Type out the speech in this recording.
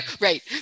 Right